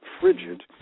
frigid